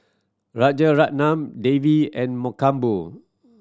Rajaratnam Devi and Mankombu